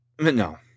no